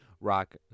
rock